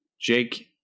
Jake